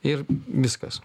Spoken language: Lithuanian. ir viskas